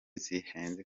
zihenze